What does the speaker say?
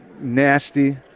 nasty